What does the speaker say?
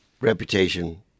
reputation